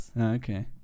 Okay